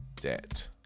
debt